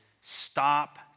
stop